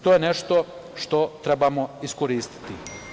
To je nešto što trebamo iskoristiti.